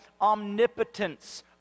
omnipotence